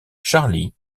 charlie